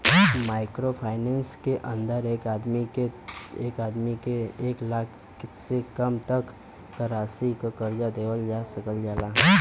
micro finance के अंदर एक आदमी के एक लाख से कम तक क राशि क कर्जा देवल जा सकल जाला